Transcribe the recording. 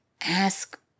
ask